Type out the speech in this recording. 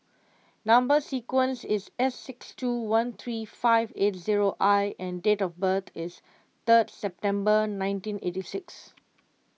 Number Sequence is S six two one three five eight zero I and date of birth is third September nineteen eighty six